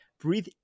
breathe